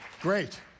Great